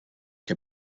que